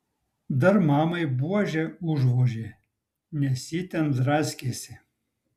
dar mamai buože užvožė nes ji ten draskėsi